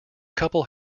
couple